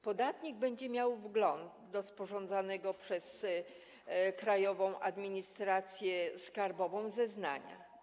Podatnik będzie miał wgląd do sporządzanego przez Krajową Administrację Skarbową zeznania.